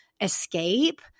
escape